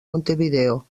montevideo